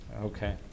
Okay